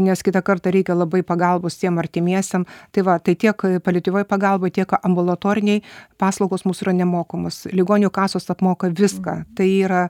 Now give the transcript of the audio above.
nes kitą kartą reikia labai pagalbos tiem artimiesiem tai va tai tiek paliatyvioj pagalboj tiek ambulatorinėj paslaugos mūsų yra nemokamos ligonių kasos apmoka viską tai yra